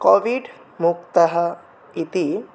COVID मुक्तः इति